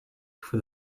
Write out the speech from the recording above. for